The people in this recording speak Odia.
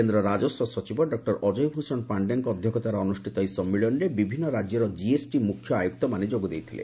କେନ୍ଦ୍ର ରାଜସ୍ପ ସଚିବ ଡକ୍ଲର ଅଜୟ ଭୂଷଣ ପାଶ୍ଡେଙ୍କ ଅଧ୍ୟକ୍ଷତାରେ ଅନୁଷ୍ଠିତ ଏହି ସମ୍ମିଳନୀରେ ବିଭିନ୍ନ ରାଜ୍ୟର ଜିଏସ୍ଟି ମୁଖ୍ୟ ଆୟୁକ୍ତମାନେ ଯୋଗଦେଇଥିଲେ